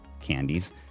candies